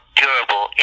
durable